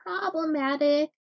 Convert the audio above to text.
problematic